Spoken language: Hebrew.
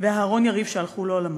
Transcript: ואהרן יריב שהלכו לעולמם: